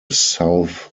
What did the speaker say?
south